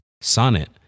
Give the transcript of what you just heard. Sonnet